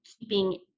keeping